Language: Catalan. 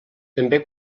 també